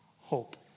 Hope